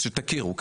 שתכירו.